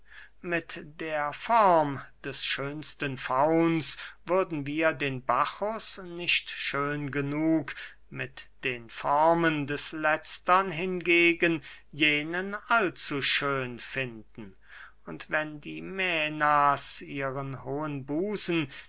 mit der form des schönsten fauns würden wir den bacchus nicht schön genug mit den formen des letztern hingegen jenen allzuschön finden und wenn die mänas ihren hohen busen